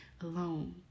alone